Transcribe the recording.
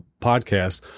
podcast